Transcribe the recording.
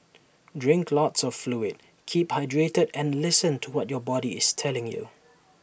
drink lots of fluid keep hydrated and listen to what your body is telling you